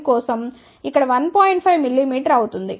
5 mm అవుతుంది